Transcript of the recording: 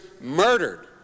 murdered